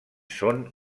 són